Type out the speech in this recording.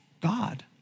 God